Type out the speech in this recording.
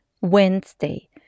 Wednesday